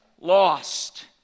lost